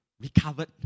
recovered